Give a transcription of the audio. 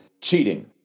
cheating